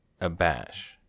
abash